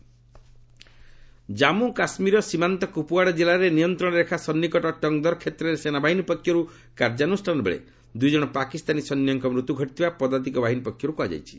Pak soldiers kill Jammu କାଶ୍ମୀରର ସୀମାନ୍ତ କୁପୱାଡ଼ା ଜିଲ୍ଲାରେ ନିୟନ୍ତ୍ରଣ ରେଖା ସନ୍ନିକଟ ଟଙ୍ଗଦର୍ କ୍ଷେତ୍ରରେ ସେନାବାହିନୀ ପକ୍ଷରୁ କାର୍ଯ୍ୟାନୁଷ୍ଠାନ ବେଳେ ଦୁଇଜଣ ପାକିସ୍ତାନୀ ସେନ୍ୟଙ୍କ ମୃତ୍ୟୁ ଘଟିଥିବା ପଦାତିକ ବାହିନୀ ପକ୍ଷରୁ କୁହାଯାଇଛି